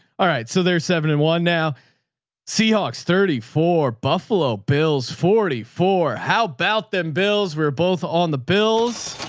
all right. so there's seven in one now seahawks thirty four buffalo bills. forty four. how bout them bills were both on the bills?